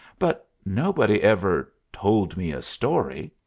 but nobody ever told me a story.